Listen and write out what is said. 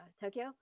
Tokyo